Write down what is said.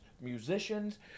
musicians